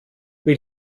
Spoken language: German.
wie